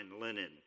linen